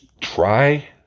try